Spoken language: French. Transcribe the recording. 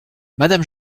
madame